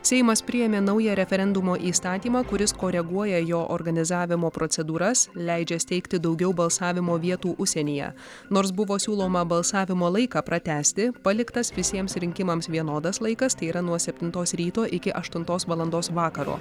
seimas priėmė naują referendumo įstatymą kuris koreguoja jo organizavimo procedūras leidžia steigti daugiau balsavimo vietų užsienyje nors buvo siūloma balsavimo laiką pratęsti paliktas visiems rinkimams vienodas laikas tai yra nuo septintos ryto iki aštuntos valandos vakaro